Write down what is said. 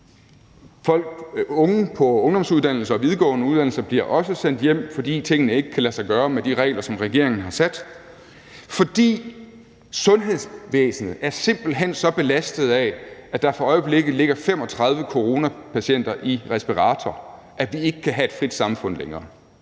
unge på ungdomsuddannelser og videregående uddannelser bliver også sendt hjem, fordi tingene ikke kan lade sig gøre med de regler, som regeringen har sat, fordi sundhedsvæsenet simpelt hen er så belastet af, at der for øjeblikket ligger 35 coronapatienter i respirator, at vi ikke kan have et frit samfund længere.